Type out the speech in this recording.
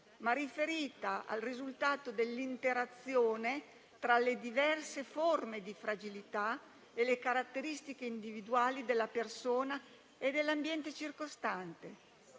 ma riferita al risultato dell'interazione tra le diverse forme di fragilità e le caratteristiche individuali della persona e dell'ambiente circostante.